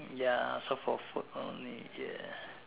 ya so for food only ya